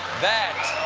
that.